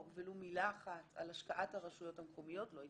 לא שמעתי פה ולו מילה אחת על השקעת הרשויות המקומיות,